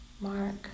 Mark